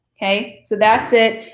okay, so that's it.